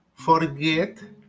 forget